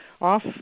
off